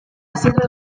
asierrek